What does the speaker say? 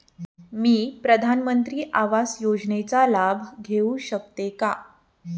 मी प्रधानमंत्री आवास योजनेचा लाभ घेऊ शकते का?